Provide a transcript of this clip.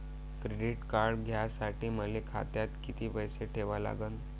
Credit card घ्यासाठी मले खात्यात किती पैसे ठेवा लागन?